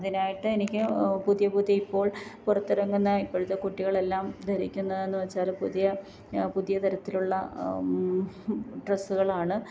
അതിനായിട്ട് എനിക്ക് പുതിയ പുതിയ ഇപ്പോൾ പുറത്തിറങ്ങുന്ന ഇപ്പോഴത്തെ കുട്ടികൾ എല്ലാം ധരിക്കുന്നതെന്നു വച്ചാല് പുതിയ പുതിയ തരത്തിലുള്ള ഡ്രസ്സുകൾ ആണ്